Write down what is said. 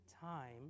time